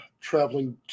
traveling